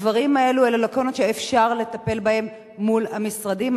הדברים האלה הם לקונות שאפשר לטפל בהן מול המשרדים.